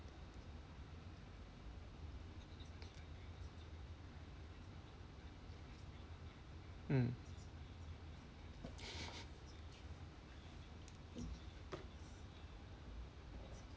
mm